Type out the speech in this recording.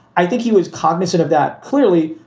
i think he was cognizant of that clearly.